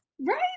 right